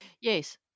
Yes